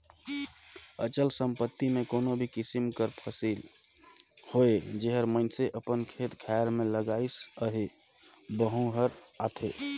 अचल संपत्ति में कोनो भी किसिम कर फसिल होए जेहर मइनसे अपन खेत खाएर में लगाइस अहे वहूँ हर आथे